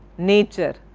nature,